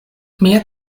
mia